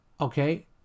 okay